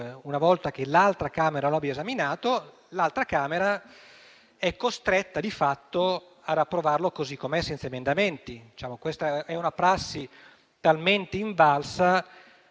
una volta che l'altro ramo lo ha esaminato, l'altra Camera è costretta, di fatto, ad approvarlo così com'è, senza emendamenti. Questa è una prassi talmente invalsa